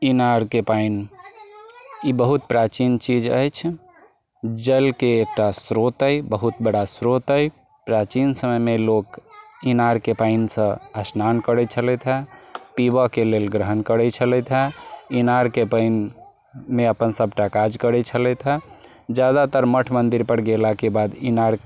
इनारके पानि ई बहुत प्राचीन चीज अछि जलके एकटा स्रोत अछि बहुत बड़ा स्रोत अछि प्राचीन समयमे लोक इनारके पानिसँ स्नान करैत छलथि पीबऽके लेल ग्रहण करैत छलथि इनारके पानिमे अपन सबटा काज करैत छलथि जादातर मठ मन्दिर पर गेलाके बाद इनार